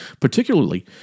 particularly